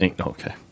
Okay